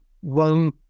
one